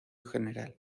general